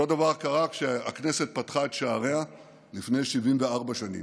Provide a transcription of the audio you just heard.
אותו דבר קרה כשהכנסת פתחה את שעריה לפני 74 שנים.